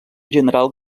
general